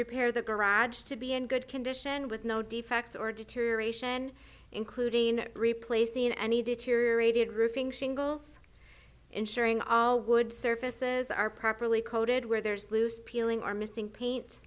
repair the garage to be in good condition with no defects or deterioration including replaced in any deteriorated roofing shingles ensuring all wood surfaces are properly coated where there is loose peeling are missing paint